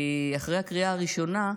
אחרי הקריאה הראשונה,